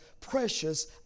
precious